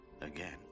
again